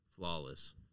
Flawless